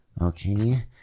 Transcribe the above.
okay